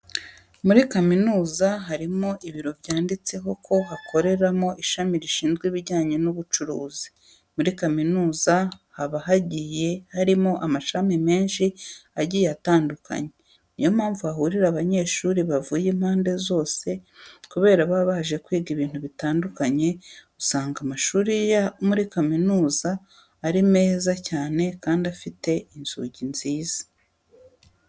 Muri kaminuza harimo ibiro byanditseho ko hakoreramo ishami rishinzwe ibijyanye n'ubucuruzi. Muri kaminuza haba hagiye harimo amashami menshi agiye atandukanye, ni yo mpamvu hahurira abanyeshuri bavuye impande zose kubera baba baje kwiga ibintu bitandukanye. Usanga amashuri yo muri kaminuza ari meza cyane kandi afite inzugi nziza.